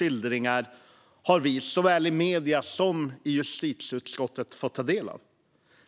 Vi har i såväl medier som i justitieutskottet fått ta del av fruktansvärda skildringar.